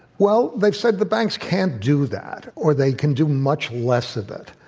well, they said the banks can't do that, or they can do much less of it.